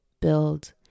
build